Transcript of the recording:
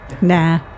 Nah